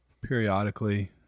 periodically